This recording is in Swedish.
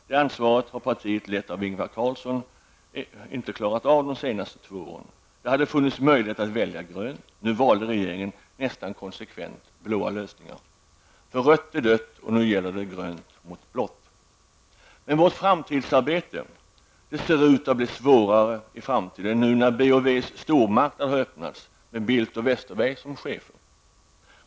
Det ansvaret har partiet, lett av Ingvar Carlsson, inte klarat av de senaste två åren. Det hade funnits möjligheter att välja grönt. Nu valde regeringen nästan konsekvent blåa lösningar, för rött är dött och nu gäller det grönt mot blått. Framtidsarbetet ser ut att bli svårare nu när B & Ws stormarknad har öppnats med Bildt och Westerberg som chefer.